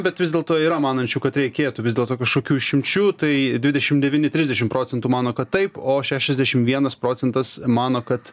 bet vis dėlto yra manančių kad reikėtų vis dėlto kažkokių išimčių tai dvidešim devyni trisdešim procentų mano kad taip o šešiasdešim vienas procentas mano kad